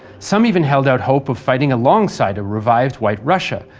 some even held out hope of fighting alongside a revived white russia,